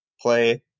play